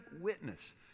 witness